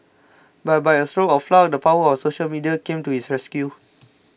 but by a stroke of luck the power of social media came to his rescue